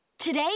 Today